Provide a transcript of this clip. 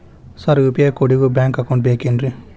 Sir UPI ಕೋಡಿಗೂ bank account ಬೇಕೆನ್ರಿ?